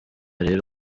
rero